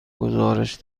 گزارش